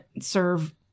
serve